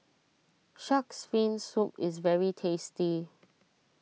Shark's Fin Soup is very tasty